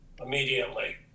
immediately